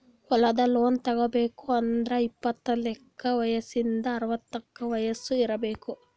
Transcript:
ಹೊಲದ್ ಲೋನ್ ತಗೋಬೇಕ್ ಅಂದ್ರ ಇಪ್ಪತ್ನಾಲ್ಕ್ ವಯಸ್ಸಿಂದ್ ಅರವತೈದ್ ವಯಸ್ಸ್ ಇರ್ಬೆಕ್